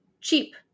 cheap